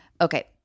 Okay